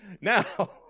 Now